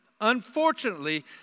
unfortunately